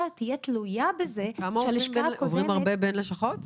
תהיה תלויה בזה שהלשכה הקודמת --- עוברים הרבה בין לשכות?